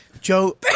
Joe